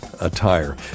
attire